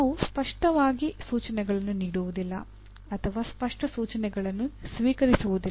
ನಾವು ಸ್ಪಷ್ಟವಾಗಿ ಸೂಚನೆಗಳನ್ನು ನೀಡುವುದಿಲ್ಲ ಅಥವಾ ಸ್ಪಷ್ಟ ಸೂಚನೆಗಳನ್ನು ಸ್ವೀಕರಿಸುವುದಿಲ್ಲ